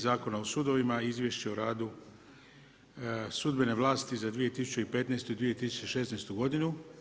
Zakona o sudovima izvješće o radu sudbene vlasti za 2015. i 2016. godinu.